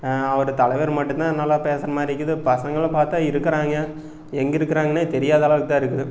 அவர் தலைவர் மட்டும் தான் நல்ல பேசுகிற மாதிரிக்குது பசங்களை பார்த்தா இருக்குறாங்க எங்கே இருக்கிறாங்கனே தெரியாத அளவுக்கு தான் இருக்குது